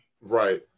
right